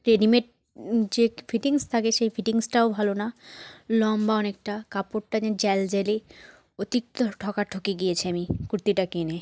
readymade যে fittings থাকে সেই ফিটিংসটাও ভালো না লম্বা অনেকটা কাপড়টা যে জ্যাল জ্যালে অতিক্ত ঠগা ঠগে গিয়েছি আমি কুর্তিটা কিনে